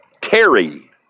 Terry